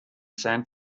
san